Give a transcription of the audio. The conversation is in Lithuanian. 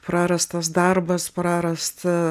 prarastas darbas prarasta